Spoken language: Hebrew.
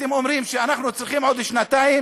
אתם אומרים שאנחנו צריכים עוד שנתיים,